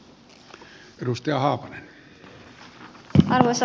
arvoisa puhemies